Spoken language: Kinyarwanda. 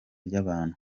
ry’abantu